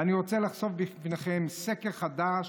ואני רוצה לחשוף בפניכם: סקר חדש